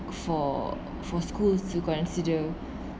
for for schools to consider